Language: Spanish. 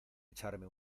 echarme